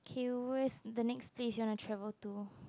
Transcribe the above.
Q_S the next place you wanna travel to